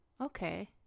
Okay